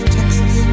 Texas